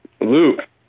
Luke